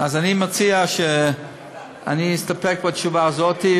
אז אני מציע שאני אסתפק בתשובה הזאת,